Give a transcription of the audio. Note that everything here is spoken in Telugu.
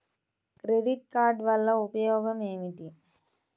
క్రెడిట్ కార్డ్ వల్ల ఉపయోగం ఏమిటీ?